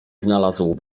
znalazł